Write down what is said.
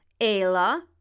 Ayla